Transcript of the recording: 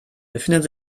befindet